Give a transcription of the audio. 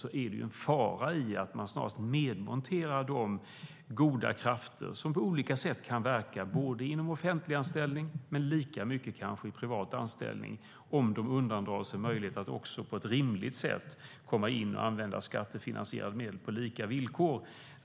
Därför ligger det en fara i att man snarast nedmonterar de goda krafter som på olika sätt kan verka både i offentliga anställningar och i privata anställningar, om verksamheterna inte får använda sig av skattefinansierade medel på lika villkor.